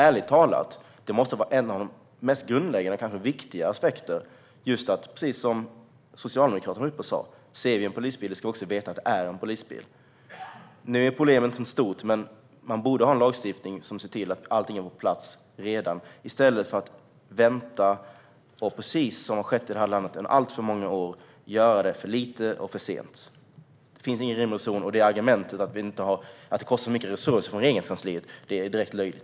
Ärligt talat måste detta vara en av de mest grundläggande och kanske viktigaste aspekterna: Ser vi en polisbil ska vi också veta att det är en polisbil, precis som Socialdemokraterna var uppe och sa. Nu är problemet inte så stort, men man borde ha en lagstiftning som ser till att allting redan är på plats, i stället för att vänta och sedan göra för lite och för sent, vilket man har gjort i det här landet i alltför många år. Det finns ingen rim och reson i detta, och argumentet att det kostar för mycket resurser för Regeringskansliet är direkt löjligt.